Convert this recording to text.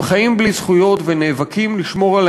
הם חיים בלי זכויות ונאבקים כדי לשמור על